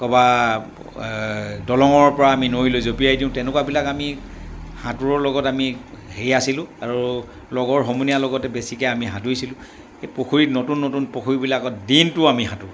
ক'ৰবাত দলঙৰ পৰা আমি নৈলৈ জপিয়াই দিওঁ তেনেকুৱাবিলাক আমি সাঁতোৰৰ লগত আমি হেৰি আছিলোঁ আৰু লগৰ সমনীয়াৰ লগতে বেছিকৈ আমি সাঁতুৰিছিলোঁ এই পুখুৰীত নতুন নতুন পুখুৰীবিলাকত দিনটো আমি সাঁতোৰো